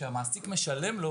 כשהמעסיק משלם לו,